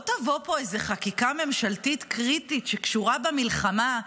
לא תבוא פה איזו חקיקה ממשלתית קריטית שקשורה במלחמה,